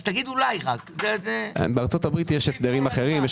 יש שם הסדרים אחרים,